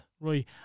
right